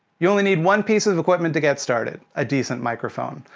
you only need one piece of equipment to get started a decent microphone.